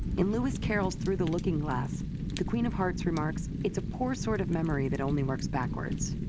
in lewis caroll's through the looking glass the queen of hearts remarks it's a poor sort of memory that only works backwards.